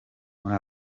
muri